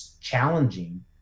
challenging